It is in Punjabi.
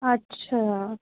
ਅੱਛਾ